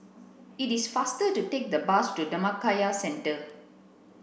it is faster to take the bus to Dhammakaya Centre